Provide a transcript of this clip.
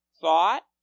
thought